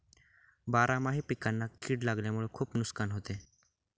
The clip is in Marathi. बारामाही पिकांना कीड लागल्यामुळे खुप नुकसान होते